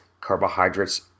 carbohydrates